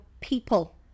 people